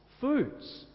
Foods